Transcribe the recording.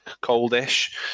coldish